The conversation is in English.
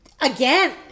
again